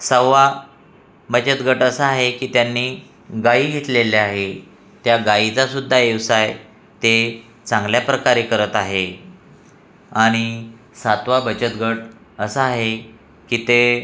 सहावा बचत गट असा आहे की त्यांनी गाई घेतलेल्या आहे त्या गाईचासुद्धा व्यवसाय ते चांगल्या प्रकारे करत आहे आणि सातवा बचत गट असा आहे की ते